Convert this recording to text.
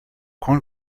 corn